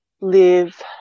live